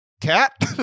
Cat